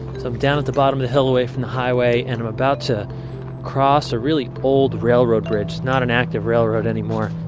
so down at the bottom of the hill away from the highway and i'm about to cross a really old railroad bridge, not an active railroad anymore.